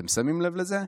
אתם שמים לב לזה?